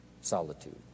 Solitude